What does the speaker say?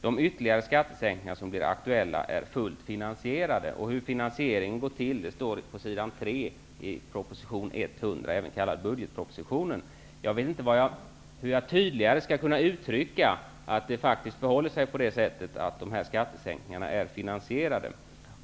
De ytterligare skattesänkningar som blir aktuella är fullt finansierade.'' Hur finansieringen går till står på s. 3 Jag vet inte hur jag tydligare skall kunna uttrycka att de här skattesänkningarna faktiskt är finansierade.